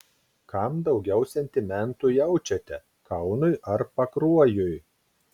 kam daugiau sentimentų jaučiate kaunui ar pakruojui